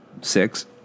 six